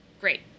Great